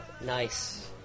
Nice